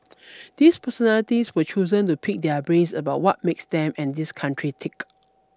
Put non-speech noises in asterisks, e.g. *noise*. *noise* these personalities were chosen to pick their brains about what makes them and this country tick